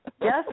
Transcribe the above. Yes